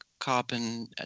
carbon